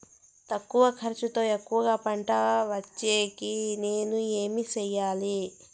తక్కువ ఖర్చుతో ఎక్కువగా పంట వచ్చేకి నేను ఏమి చేయాలి?